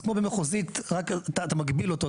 אז כמו במחוזית רק אתה מגביל אותו,